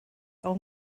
ond